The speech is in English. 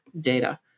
data